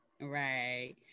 right